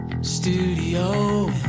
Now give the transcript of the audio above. Studio